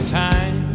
time